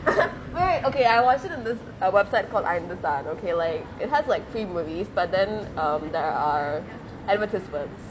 wait wait okay ya I watched it on this uh website called Einthusan okay like it has like free movies but then um there are advertisements